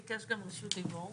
והוא ביקש גם רשות דיבור.